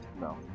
no